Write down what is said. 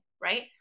right